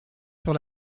sur